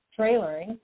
trailering